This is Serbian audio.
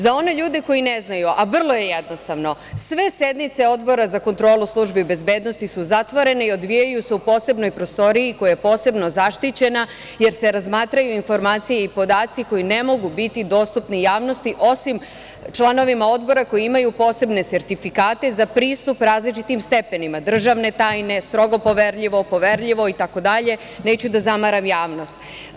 Za one ljude koji ne znaju, a vrlo je jednostavno, sve sednice Odbora za kontrolu službi bezbednosti su zatvorene i odvijaju se u posebnoj prostoriji koja je posebno zaštićena, jer se razmatraju informacije i podaci koji ne mogu biti dostupni javnosti osim članovima odbora koji imaju posebne sertifikate za pristup različitim stepenima državne tajne, strogo poverljivo, poverljivo itd, neću da zamaram javnost.